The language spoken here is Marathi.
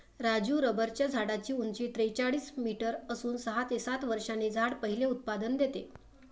राजू रबराच्या झाडाची उंची त्रेचाळीस मीटर असून सहा ते सात वर्षांनी झाड पहिले उत्पादन देते